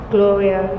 Gloria